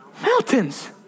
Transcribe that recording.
mountains